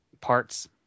Parts